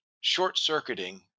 short-circuiting